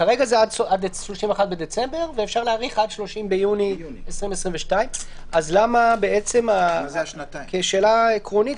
כרגע זה עד 31 בדצמבר ואפשר להאריך עד 30 ביוני 2022. כשאלה עקרונית,